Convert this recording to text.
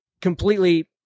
completely